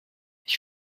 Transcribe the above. ich